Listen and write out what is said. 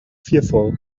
fearful